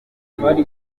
ibibazo